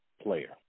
player